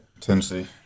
Tennessee